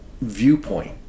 viewpoint